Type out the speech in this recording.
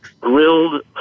grilled